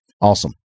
Awesome